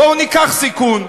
בואו ניקח סיכון.